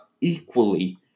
equally